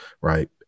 right